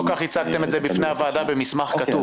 לא כך הצגתם את זה בפני הוועדה במסמך כתוב.